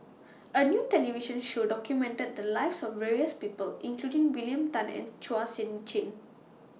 A New television Show documented The Lives of various People including William Tan and Chua Sian Chin